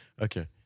Okay